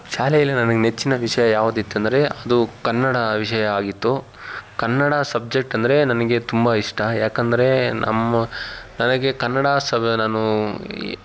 ಶಾಲೆಯಲ್ಲಿ ನನಗೆ ನೆಚ್ಚಿನ ವಿಷಯ ಯಾವುದಿತ್ತಂದರೇ ಅದು ಕನ್ನಡ ವಿಷಯ ಆಗಿತ್ತು ಕನ್ನಡ ಸಬ್ಜೆಕ್ಟ್ ಅಂದರೇ ನನಗೆ ತುಂಬ ಇಷ್ಟ ಯಾಕೆಂದ್ರೆ ನಮ್ಮ ನನಗೆ ಕನ್ನಡ ನಾನು